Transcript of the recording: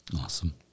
Awesome